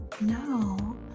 no